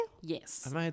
Yes